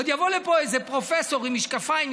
עוד יבוא לפה איזה פרופסור עם משקפיים,